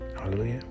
Hallelujah